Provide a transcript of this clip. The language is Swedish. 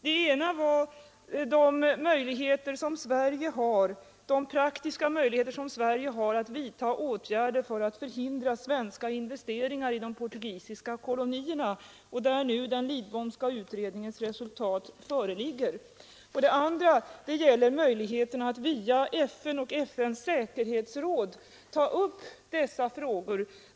Den ena frågan gällde de praktiska möjligheter Sverige har att vidta åtgärder för att förhindra svenska investeringar i de portugisiska kolonierna; där föreligger nu den Lidbomska utredningens resultat. Den andra gällde möjligheterna att via FN och FN:s säkerhetsråd ta upp dessa frågor.